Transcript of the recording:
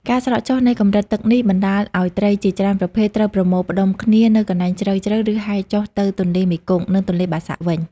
ការស្រកចុះនៃកម្រិតទឹកនេះបណ្តាលឱ្យត្រីជាច្រើនប្រភេទត្រូវប្រមូលផ្តុំគ្នានៅកន្លែងជ្រៅៗ ឬហែលចុះទៅទន្លេមេគង្គ និងទន្លេបាសាក់វិញ។